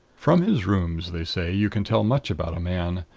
from his rooms, they say, you can tell much about a man.